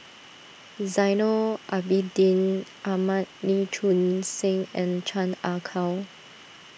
Zainal Abidin Ahmad Lee Choon Seng and Chan Ah Kow